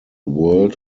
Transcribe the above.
world